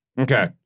Okay